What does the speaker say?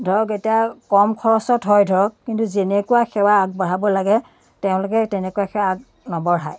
ধৰক এতিয়া কম খৰচত হয় ধৰক কিন্তু যেনেকুৱা সেৱা আগবঢ়াব লাগে তেওঁলোকে তেনেকুৱাকৈ আগ নবঢ়াই